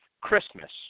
Christmas